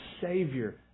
Savior